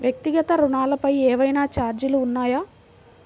వ్యక్తిగత ఋణాలపై ఏవైనా ఛార్జీలు ఉన్నాయా?